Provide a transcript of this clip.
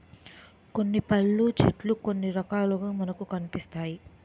కొన్ని పళ్ళు చెట్లు కొన్ని రకాలుగా మనకి కనిపిస్తాయి